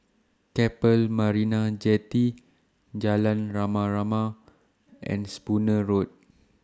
Keppel Marina Jetty Jalan Rama Rama and Spooner Road